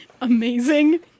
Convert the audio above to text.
amazing